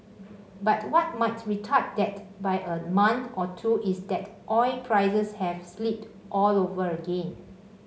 but what might retard that by a month or two is that oil prices have slipped all over again